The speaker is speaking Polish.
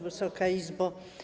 Wysoka Izbo!